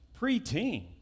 preteen